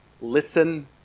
Listen